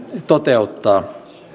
toteuttaa